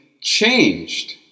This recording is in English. changed